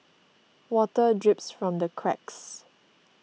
water drips from the cracks